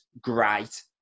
great